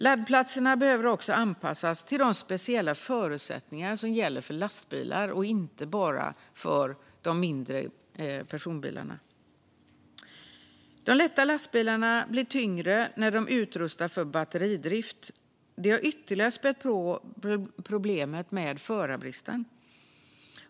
Laddplatserna behöver också anpassas till de speciella förutsättningar som gäller för lastbilar och inte bara för de mindre personbilarna. De lätta lastbilarna blir tyngre när de utrustas för batteridrift. Det har ytterligare spätt på problemet med förarbristen.